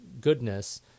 goodness